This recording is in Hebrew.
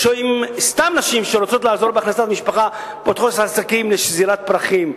סתם נשים שרוצות לעזור בהכנסת המשפחה פותחות עסקים לשזירת פרחים,